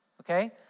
okay